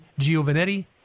Giovanetti